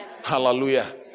Hallelujah